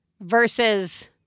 versus